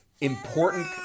important